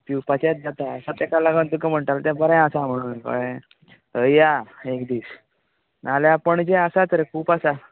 पिवपाचेच जाता तेका लागून तूका म्हटालो ते बरें आसा म्हणू कळ्ळें थंय या एक दीस नाल्या पणजे आसात रे खूब आसा